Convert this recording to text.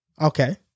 Okay